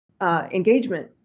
Engagement